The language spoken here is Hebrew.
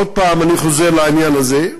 עוד פעם אני חוזר לעניין הזה,